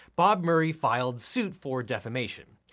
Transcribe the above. bob murray filed suit for defamation.